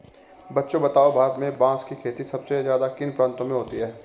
बच्चों बताओ भारत में बांस की खेती सबसे ज्यादा किन प्रांतों में होती है?